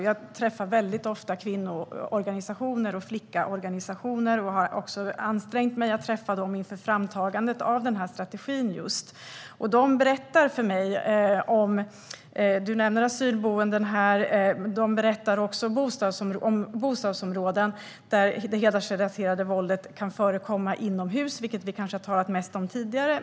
Jag möter ofta kvinnoorganisationer och personer från Flickaplattformen, och jag har också ansträngt mig för att träffa dem inför framtagandet av den här strategin. De berättar för mig om asylboenden, som även Désirée Pethrus tog upp, och om bostadsområden där det hedersrelaterade våldet kan förekomma inomhus, vilket vi kanske mest har talat om förut.